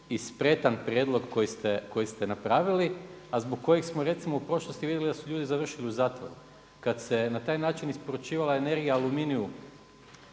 i spretan prijedlog koji ste napravili, a zbog kojega smo recimo u prošlosti vidjeli da su ljudi završili u zatvoru. Kad se na taj način isporučivala energija Aluminiju,